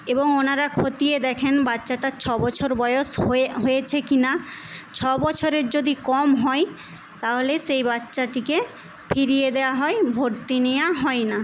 এবং ওনারা খতিয়ে দেখেন বাচ্চাটার ছবছর বয়েস হয়ে হয়েছে কিনা ছবছরের যদি কম হয় তাহলে সেই বাচ্চাটিকে ফিরিয়ে দেওয়া হয় ভর্তি নেওয়া হয় না